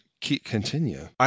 Continue